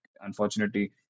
unfortunately